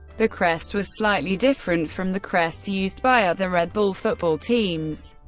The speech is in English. the crest was slightly different from the crests used by other red bull football teams.